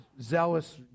zealous